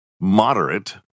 Moderate